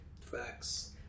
Facts